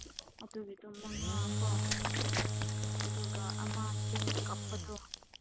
ꯑꯗꯨꯒꯤꯗꯣ ꯃꯉꯥ ꯀꯣ ꯑꯗꯨꯒ ꯑꯃ ꯆꯤꯡ ꯀꯥꯞꯄꯗꯣ